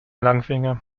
langfinger